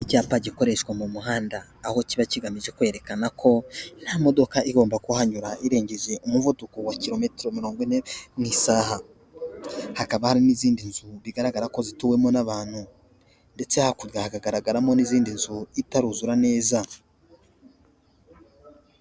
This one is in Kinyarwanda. Icyapa gikoreshwa mu muhanda, aho kiba kigamije kwerekana ko nta modoka igomba kuhanyura irengeje umuvuduko wa kilometero mirongo ine mu isaha, hakaba hari n'izindi bigaragara ko zituwemo n'abantu ndetse harya hakagaragaramo'izindi nzu itaruzura neza.